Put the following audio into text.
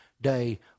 day